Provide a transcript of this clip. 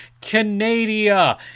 Canada